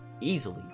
easily